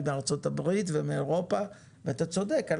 מארצות הברית ומאירופה ואתה צודק.